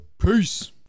Peace